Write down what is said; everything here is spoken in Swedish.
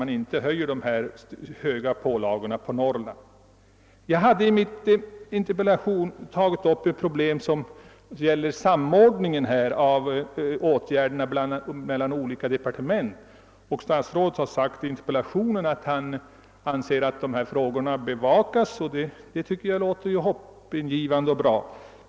Jag vädjar alltså till kommunikationsministern att lämna ett sådant besked. Jag hade i min interpellation tagit upp ett problem som gäller samordningen av åtgärder mellan olika departement, och statsrådet har i sitt svar sagt att dessa frågor bevakas. Det låter hoppingivande och bra.